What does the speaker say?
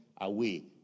away